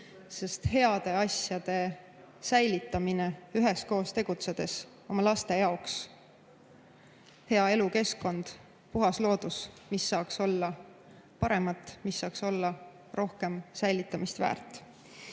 heade asjade säilitamine, üheskoos tegutsedes oma laste nimel. Hea elukeskkond, puhas loodus – mis saaks olla parem, mis saaks olla rohkem säilitamist väärt?